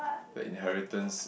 the inheritance